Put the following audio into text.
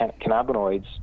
cannabinoids